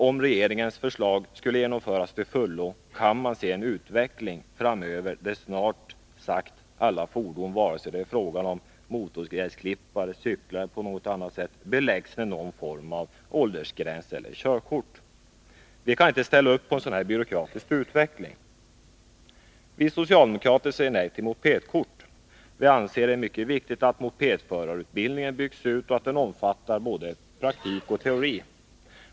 Om regeringens förslag skulle genomföras till fullo, kan man se en utveckling framöver där snart sagt alla fordon, vare sig det är fråga om motorgräsklippare, cyklar eller några andra, beläggs med någon form av åldersgränser eller körkort. Vi kan inte ställa upp på en sådan byråkratisk utveckling. Vi socialdemokrater säger nej till mopedkort. Vi anser det mycket viktigt att mopedförarutbildningen byggs ut och att den omfattar både praktik och teori.